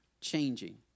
changing